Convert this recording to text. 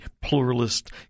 pluralist